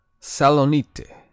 Salonite